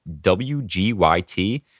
WGYT